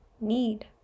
need